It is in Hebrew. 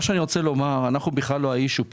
אני רוצה לומר שאנחנו בכלל לא האישיו כאן.